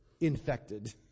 infected